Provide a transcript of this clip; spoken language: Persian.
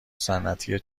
صنعتی